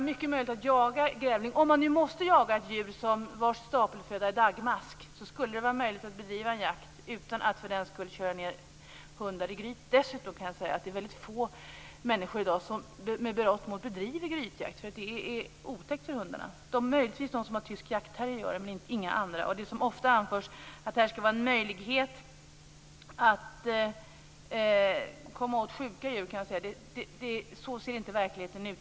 Om man nu måste jaga ett djur vars stapelföda är daggmask, skulle det alltså vara möjligt att bedriva jakt på grävling utan att för den skull köra ned hundar i gryt. Dessutom är det få människor i dag som med berått mod bedriver grytjakt, eftersom det är otäckt för hundarna. Det gör möjligtvis de som har tysk jaktterrier men inga andra. Ofta anförs att grytjakt innebär en möjlighet att komma åt sjuka djur, men så ser inte verkligheten ut.